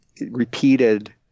repeated